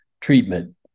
treatment